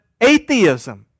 atheism